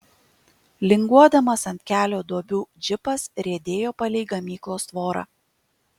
linguodamas ant kelio duobių džipas riedėjo palei gamyklos tvorą